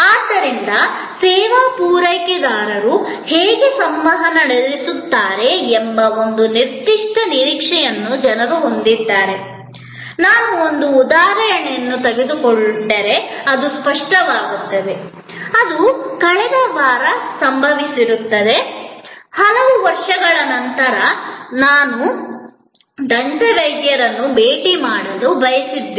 ಆದ್ದರಿಂದ ಸೇವಾ ಪೂರೈಕೆದಾರರು ಹೇಗೆ ಸಂವಹನ ನಡೆಸುತ್ತಾರೆ ಎಂಬ ಒಂದು ನಿರ್ದಿಷ್ಟ ನಿರೀಕ್ಷೆಯನ್ನು ಜನರು ಹೊಂದಿದ್ದಾರೆ ನಾನು ಒಂದು ಉದಾಹರಣೆಯನ್ನು ತೆಗೆದುಕೊಂಡರೆ ಅದು ಸ್ಪಷ್ಟವಾಗುತ್ತದೆ ಅದು ಕಳೆದ ವಾರದಲ್ಲಿ ಸಂಭವಿಸಿರುತ್ತದೆ ಹಲವು ವರ್ಷಗಳ ನಂತರ ನನ್ನ ದಂತವೈದ್ಯರನ್ನು ಭೇಟಿ ಮಾಡಲು ನಾನು ಬಯಸಿದ್ದೆ